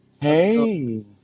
hey